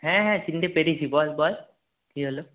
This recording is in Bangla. হ্যাঁ হ্যাঁ চিনতে পেরেছি বল বল কী হলো